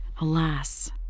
alas